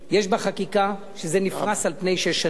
יש בחקיקה שזה נפרס על פני שש שנים.